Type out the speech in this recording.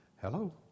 Hello